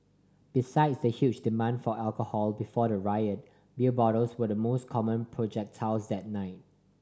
besides the huge demand for alcohol before the riot beer bottles were the most common projectiles that night